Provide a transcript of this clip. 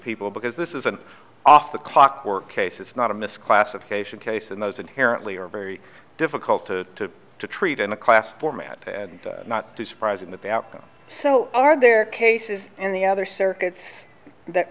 people because this is an off the clock work case it's not a misclassification case and those inherently are very difficult to treat in a class format and not too surprising that the outcome so are their cases and the other circuits that